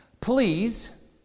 Please